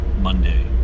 Monday